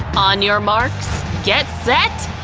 on your marks get set!